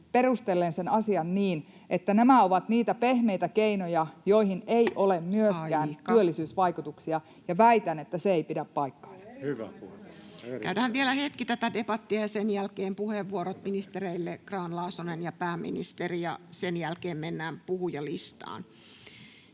perustellen sen asian niin, että nämä ovat niitä pehmeitä keinoja, joihin ei ole myöskään [Puhemies: Aika!] työllisyysvaikutuksia. Väitän, että se ei pidä paikkaansa. Käydään vielä hetki tätä debattia, ja sen jälkeen puheenvuorot ministeri Grahn-Laasoselle ja pääministerille. Sen jälkeen mennään puhujalistaan.